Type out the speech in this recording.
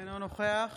אינו נוכח